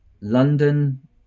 London